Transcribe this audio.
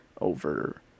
over